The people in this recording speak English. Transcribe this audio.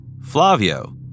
Flavio